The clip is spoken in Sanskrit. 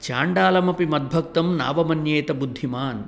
चाण्डालमपि मद्भक्तं नावमन्येत बुद्धिमान्